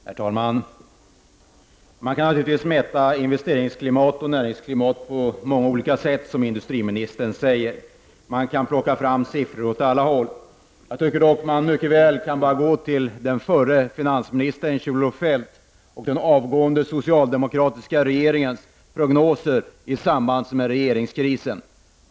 Herr talman! Man kan naturligtvis, som industriministern säger, mäta investeringsklimat och näringsklimat på många olika sätt. Man kan plocka fram siffror som går åt olika håll. Jag tycker dock att det mycket väl räcker med att gå till den förre finansministern Kjell-Olof Feldts och den avgående socialdemokratiska regeringens prognoser i samband med regeringskrisen.